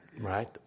right